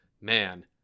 man